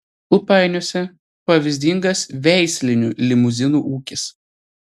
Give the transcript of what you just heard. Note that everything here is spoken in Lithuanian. ūpainiuose pavyzdingas veislinių limuzinų ūkis